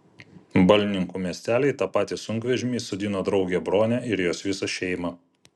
balninkų miestelyje į tą patį sunkvežimį įsodino draugę bronę ir jos visą šeimą